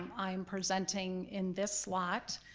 um i'm presenting in this slot,